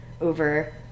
over